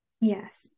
Yes